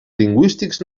lingüístics